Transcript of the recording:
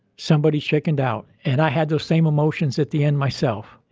somebody chickened out, and i had those same emotions at the end myself.